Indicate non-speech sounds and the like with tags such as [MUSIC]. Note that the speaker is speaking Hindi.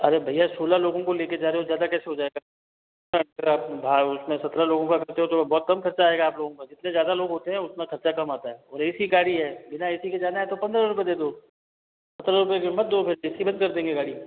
अरे भैया सोलह लोगों को लेके जा रहे हो ज़्यादा कैसे हो जाएगा और जितने ज़्यादा लोगों को लेकर जाओ तो बहुत कम खर्च आएगा आप लोगों का जितना ज्यादा लोग होते है उतना ज्यादा खर्चा कम आता है ऐ सी गाड़ी है बिना ए सी के जाना है तो पंद्रह रुपए दे दो चलो [UNINTELLIGIBLE] फिर हम ऐसी बंद कर देंगे गाड़ी का